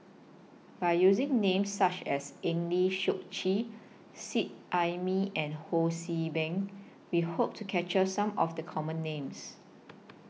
By using Names such as Eng Lee Seok Chee Seet Ai Mee and Ho See Beng We Hope to capture Some of The Common Names